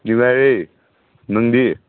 ꯅꯨꯡꯉꯥꯏꯔꯦ ꯅꯪꯗꯤ